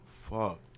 Fuck